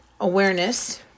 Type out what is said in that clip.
awareness